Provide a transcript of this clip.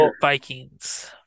Vikings